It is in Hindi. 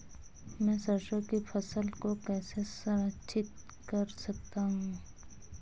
मैं सरसों की फसल को कैसे संरक्षित कर सकता हूँ?